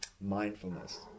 mindfulness